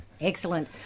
Excellent